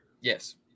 Yes